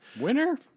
winner